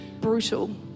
brutal